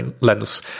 lens